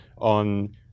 on